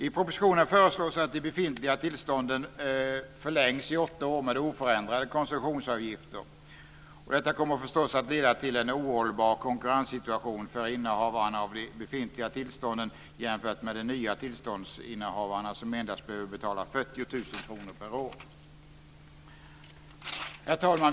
I propositionen föreslås att de befintliga tillstånden förlängs med åtta år med oförändrade koncessionsavgifter. Detta kommer förstås att leda till en ohållbar konkurrenssituation för innehavare av de befintliga sändningstillstånden jämfört med de nya tillståndsinnehavarna som endast behöver att betala Herr talman!